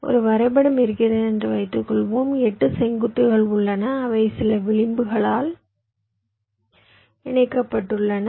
ஒரு வரைபடம் இருக்கிறது என்று வைத்துக்கொள்வோம் 8 செங்குத்துகள் உள்ளன அவை சில விளிம்புகளால் இணைக்கப்பட்டுள்ளன